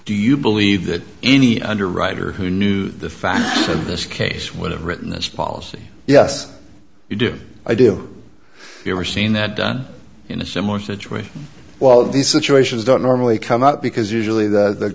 do you believe that any underwriter who knew the facts of this case would have written this policy yes you do i do you were seen that done in a similar situation while these situations don't normally come out because usually the